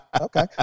okay